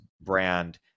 brand